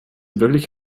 wirklich